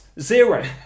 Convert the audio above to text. Zero